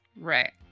Right